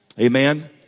Amen